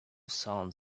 sound